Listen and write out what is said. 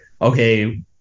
okay